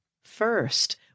First